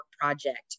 project